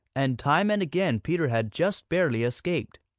and time and again peter had just barely escaped.